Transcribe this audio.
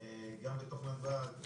גם בתוך נתב"ג,